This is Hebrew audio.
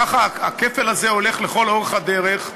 ככה הכפל הזה הולך לכל אורך הדרך,